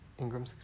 Ingram